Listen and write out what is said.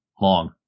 long